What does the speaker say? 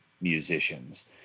musicians